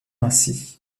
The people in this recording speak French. ainsi